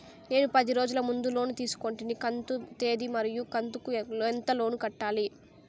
నేను పది రోజుల ముందు లోను తీసుకొంటిని కంతు తేది మరియు కంతు కు ఎంత లోను కట్టాలి?